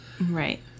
Right